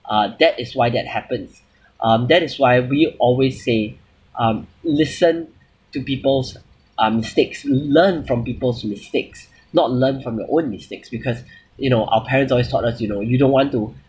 uh that is why that happens um that is why we always say um listen to people's um mistakes learn from people's mistakes not learn from your own mistakes because you know our parents always taught us you know you don't want to